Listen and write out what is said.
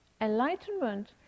enlightenment